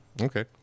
Okay